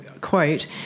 quote